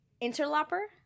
interloper